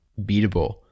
beatable